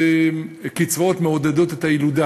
קצבאות מעודדות את הילודה,